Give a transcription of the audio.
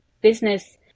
business